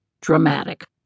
dramatic